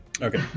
Okay